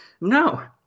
No